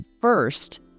first